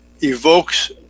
evokes